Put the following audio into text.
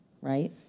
right